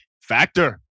Factor